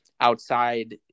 outside